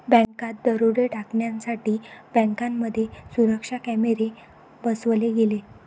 बँकात दरोडे टाळण्यासाठी बँकांमध्ये सुरक्षा कॅमेरे बसवले गेले